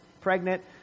pregnant